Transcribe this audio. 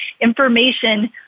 information